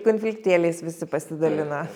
konfliktėliais visi pasidalina